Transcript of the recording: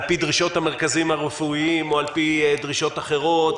על פי דרישות המרכזים הרפואיים או על פי דרישות אחרות,